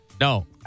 No